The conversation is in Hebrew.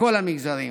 בכל המגזרים,